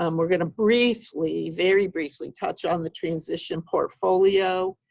um we're going to briefly, very briefly, touch on the transition portfolio,